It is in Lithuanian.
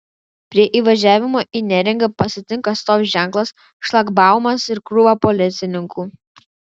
prie įvažiavimo į neringą pasitinka stop ženklas šlagbaumas ir krūva policininkų